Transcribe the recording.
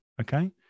okay